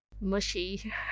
Mushy